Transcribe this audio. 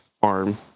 farm